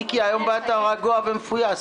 מיקי, היום, באת רגוע ומפויס.